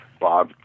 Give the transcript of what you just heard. Bob